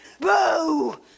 Boo